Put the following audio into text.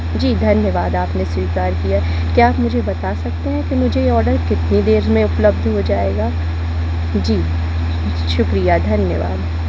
जी धन्यवाद आप ने स्वीकार किया क्या आप मुझे बता सकते हैं कि मुझे ये ऑर्डर कितनी देर में उपलब्ध हो जाएगा जी शुक्रिया धन्यवाद